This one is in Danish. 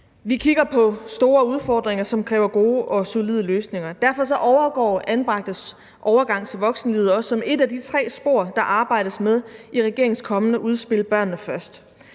Vi kigger på store udfordringer, som kræver gode og solide løsninger. Derfor indgår anbragtes overgang til voksenlivet også som et af de tre spor, der arbejdes med i regeringens kommende udspil »Børnene først«.